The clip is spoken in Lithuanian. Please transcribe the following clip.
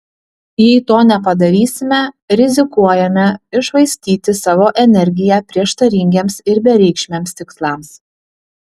jei to nepadarysime rizikuojame iššvaistyti savo energiją prieštaringiems ir bereikšmiams tikslams